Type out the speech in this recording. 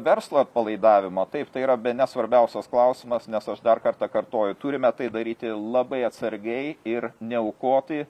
verslo atpalaidavimo taip tai yra bene svarbiausias klausimas nes aš dar kartą kartoju turime tai daryti labai atsargiai ir neaukoti